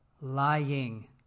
lying